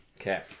Okay